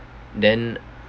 then